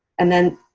and then,